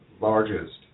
largest